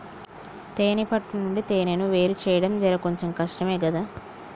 తేనే పట్టు నుండి తేనెను వేరుచేయడం జర కొంచెం కష్టమే గదా